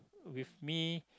with me